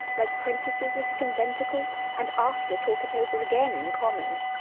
like prentices at a conventicle and after talk it over again in commons,